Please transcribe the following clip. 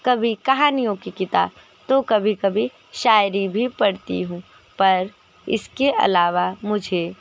कभी कहानियों की किताब तो कभी कभी शायरी भी पढ़ती हूँ पर इसके अलावा मुझे